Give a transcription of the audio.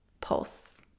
pulse